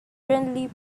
friendly